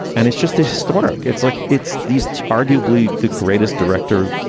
and it's just historic. it's like it's these two arguably the greatest director,